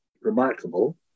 remarkable